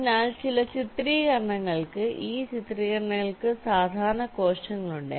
അതിനാൽ ചില ചിത്രീകരണങ്ങൾക്ക് ഈ ചിത്രങ്ങൾക്ക് സാധാരണ കോശങ്ങളുണ്ട്